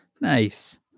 nice